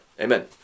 Amen